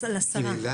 מרגי,